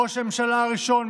ראש הממשלה הראשון,